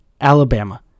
Alabama